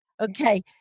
Okay